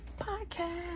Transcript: podcast